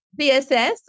BSS